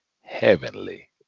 heavenly